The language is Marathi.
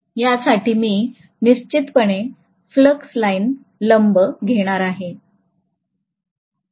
यासाठी मी निश्चितपणे फ्लक्स लाइन लंब घेणार आहे